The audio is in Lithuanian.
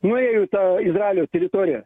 nuėjo į tą izraelio teritoriją